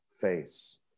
face